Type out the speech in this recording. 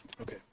Okay